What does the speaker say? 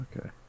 Okay